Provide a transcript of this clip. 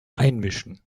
einmischen